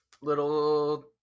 little